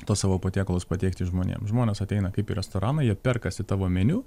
tuos savo patiekalus patiekti žmonėm žmonės ateina kaip į restoraną jie perkasi tavo meniu